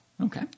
Okay